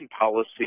policy